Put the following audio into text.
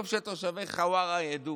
טוב שתושבי חווארה ידעו.